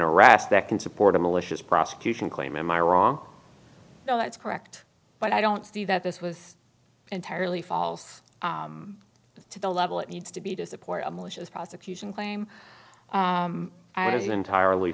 arrest that can support a malicious prosecution claim am i wrong that's correct but i don't see that this was entirely false to the level it needs to be to support a malicious prosecution claim it is entirely